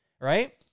right